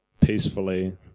peacefully